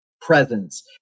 presence